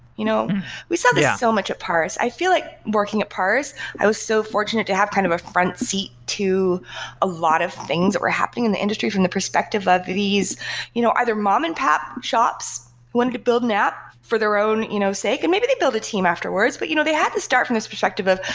you know we saw this so much at parse. i feel like working at parse, i was so fortunate to have kind of a front seat to a lot of things that were happening in the industry from the perspective of these you know either mom and pop shops wanting to build an app for their own you know sake. and maybe they build a team afterwards, but you know they had to start from this perspective of,